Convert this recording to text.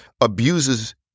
abuses